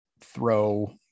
throw